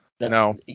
No